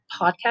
podcast